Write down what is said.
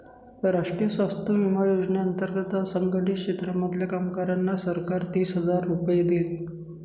राष्ट्रीय स्वास्थ्य विमा योजने अंतर्गत असंघटित क्षेत्रांमधल्या कामगारांना सरकार तीस हजार रुपये देईल